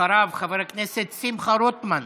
אחריו, חבר הכנסת שמחה רוטמן.